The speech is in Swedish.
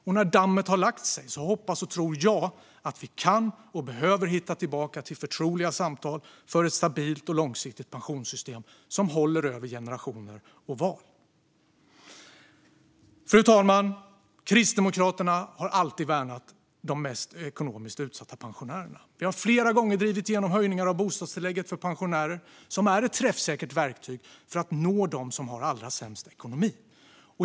Och när dammet har lagt sig hoppas och tror jag att vi kan och behöver hitta tillbaka till förtroliga samtal för ett stabilt och långsiktigt pensionssystem som håller över generationer och val. Fru talman! Kristdemokraterna har alltid värnat de mest ekonomiskt utsatta pensionärerna. Vi har flera gånger drivit igenom höjningar av bostadstillägget för pensionärer. Det är ett träffsäkert verktyg för att nå dem som har allra sämst ekonomi.